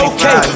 Okay